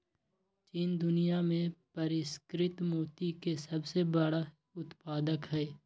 चीन दुनिया में परिष्कृत मोती के सबसे बड़ उत्पादक हई